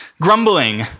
grumbling